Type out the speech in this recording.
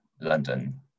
London